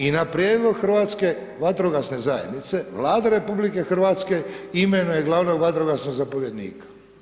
I na prijedlog Hrvatske vatrogasne zajednice Vlada RH imenuje glavnog vatrogasnog zapovjednika.